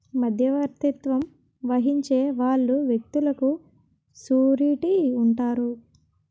మధ్యవర్తిత్వం వహించే వాళ్ళు వ్యక్తులకు సూరిటీ ఉంటారు